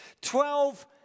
Twelve